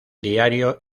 diario